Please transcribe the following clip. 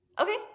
Okay